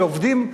כשעובדים,